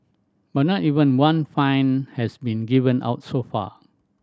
but not even one fine has been given out so far